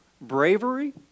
bravery